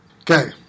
Okay